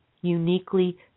uniquely